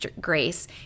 grace